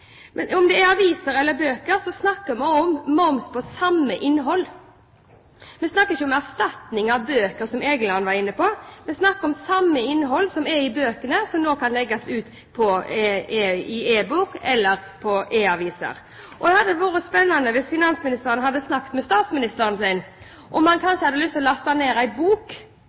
Om det er aviser eller bøker, så snakker vi om moms for samme innhold. Vi snakker ikke om erstatning av bøker, som Egeland var inne på, vi snakker om det samme innholdet som i bøkene, som nå kan legges ut i e-bok eller i e-aviser. Det hadde vært spennende om finansministeren hadde snakket med statsministeren, om han kanskje hadde lyst til å laste ned en bok